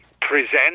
present